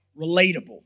relatable